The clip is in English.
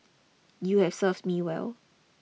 you have served me well